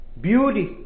Beauty